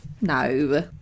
No